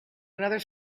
another